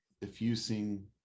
diffusing